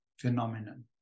phenomenon